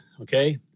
Okay